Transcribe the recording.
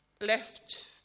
left